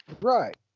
Right